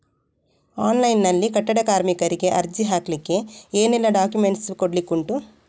Online ನಲ್ಲಿ ಕಟ್ಟಡ ಕಾರ್ಮಿಕರಿಗೆ ಅರ್ಜಿ ಹಾಕ್ಲಿಕ್ಕೆ ಏನೆಲ್ಲಾ ಡಾಕ್ಯುಮೆಂಟ್ಸ್ ಕೊಡ್ಲಿಕುಂಟು?